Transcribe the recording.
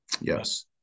yes